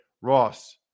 Ross